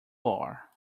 are